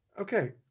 Okay